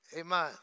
Amen